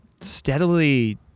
steadily